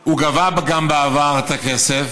שהוא גבה גם בעבר את הכסף,